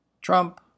Trump